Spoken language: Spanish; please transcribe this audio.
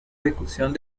ejecución